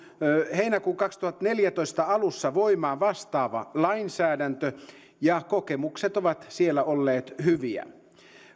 heinäkuun kaksituhattaneljätoista alussa voimaan vastaava lainsäädäntö ja kokemukset ovat siellä olleet hyviä